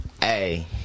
Hey